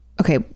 okay